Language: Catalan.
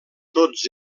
tots